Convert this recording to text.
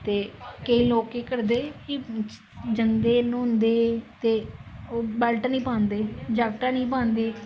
केंई लोक केह् करदे जंदे न्हौंदे ते ओह् बेल्ट नेईं पांदे जैकट है नी पांदे